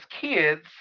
kids